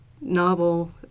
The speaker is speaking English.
novel